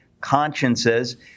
consciences